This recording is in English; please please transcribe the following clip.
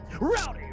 Rowdy